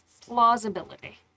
plausibility